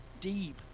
deep